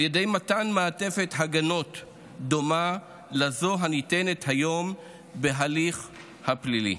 על ידי מתן מעטפת הגנות דומה לזו הניתנת כיום בהליך הפלילי,